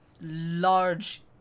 large